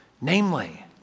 namely